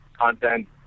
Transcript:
content